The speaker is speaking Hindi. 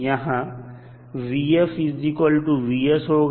यहां और होगा